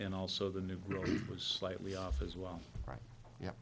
and also the new york was slightly off as well right yeah